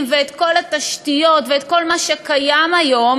ואת כל התשתיות ואת כל מה שקיים כיום